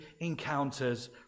encounters